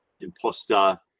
imposter